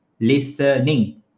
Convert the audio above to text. Listening